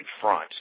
front